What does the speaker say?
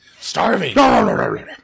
Starving